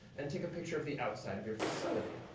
and take a picture of the outside of your facility.